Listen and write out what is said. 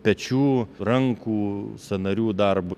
pečių rankų sąnarių darb